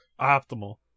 Optimal